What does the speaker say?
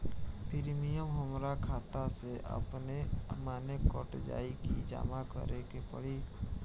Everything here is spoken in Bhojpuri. प्रीमियम हमरा खाता से अपने माने कट जाई की जमा करे के पड़ी?